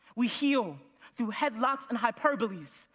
we heal through head locks and hyperboles.